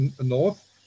north